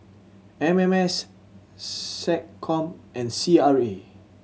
M M S SecCom and C R A